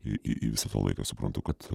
į į visą tą laiką suprantu kad